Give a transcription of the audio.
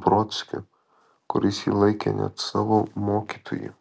brodskiu kuris jį laikė net savo mokytoju